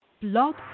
Blog